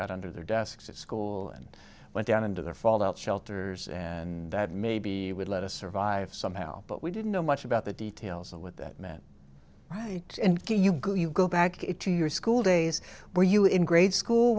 got under their desks at school and went down into the fallout shelters and that maybe would let us survive somehow but we didn't know much about the details of what that meant right and you go you go back to your school days where you were in grade school